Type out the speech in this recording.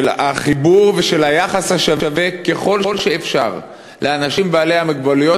של החיבור ושל היחס השווה ככל שאפשר לאנשים בעלי המוגבלויות,